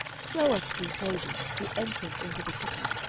shew us, we pray thee, the entrance into the city,